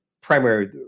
primary